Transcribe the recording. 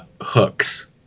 hooks